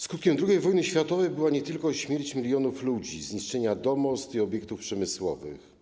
Skutkiem II wojny światowej była nie tylko śmierć milionów ludzi, zniszczenie domostw i obiektów przemysłowych.